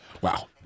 Wow